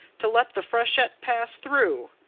to let the freshet pass through.